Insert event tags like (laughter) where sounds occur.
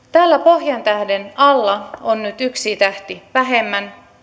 (unintelligible) täällä pohjantähden (unintelligible) alla on nyt yksi tähti vähemmän